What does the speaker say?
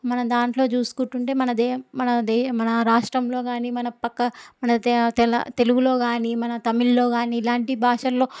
మన దాంట్లో చూసుకుంటుంటే మనదే మనదే మన రాష్ట్రంలో కానీ మన పక్క మన తె తెలుగులో కానీ తెలుగులో కానీ మన తమిళ్ళో కానీ ఇలాంటి భాషల్లో